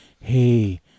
hey